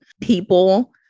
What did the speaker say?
people